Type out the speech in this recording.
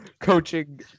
coaching –